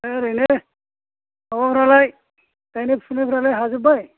ओरैनो माबाफोरालाय गायनाय फुनायफोरा हाजोबबाय